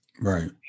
right